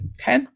Okay